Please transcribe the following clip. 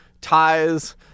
ties